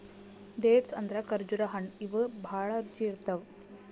dates ಅಂದ್ರ ಖರ್ಜುರ್ ಹಣ್ಣ್ ಇವ್ ಭಾಳ್ ರುಚಿ ಇರ್ತವ್